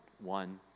one